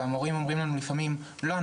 המורים אומרים להם לפעמים לא,